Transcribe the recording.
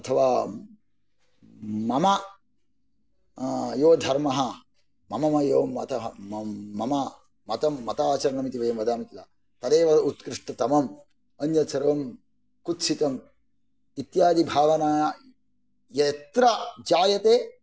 अथवा मम यो धर्मः यो मतः मतं मताचरणम् इति वदामि किल तदेव उत्कृष्टतमम् अन्यत् सर्वं कुत्सितम् इत्यादि भावना यत्र जायते